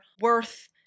worth